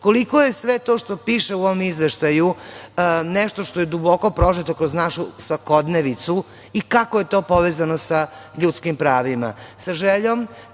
Koliko je sve to što piše u ovom izveštaju nešto što je duboko prožeto kroz našu svakodnevnicu i kako je to povezano sa ljudskim pravima,